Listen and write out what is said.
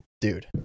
Dude